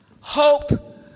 Hope